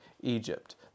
Egypt